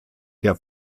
der